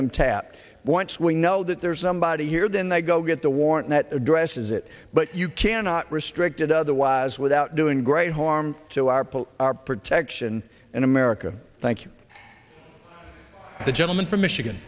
them tapped once we know that there's somebody here then they go get the warrant that addresses it but you cannot restrict it otherwise without doing great harm to our police our protection in america thank you the gentleman from michigan